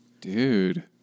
Dude